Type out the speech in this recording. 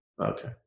Okay